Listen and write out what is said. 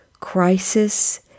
crisis